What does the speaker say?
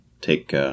take